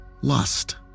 Lust